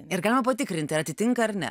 ir galima patikrinti ar atitinka ar ne